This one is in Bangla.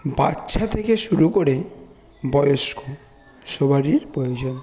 বাচ্চা থেকে শুরু করে বয়স্ক সবারই পয়োজন